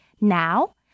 Now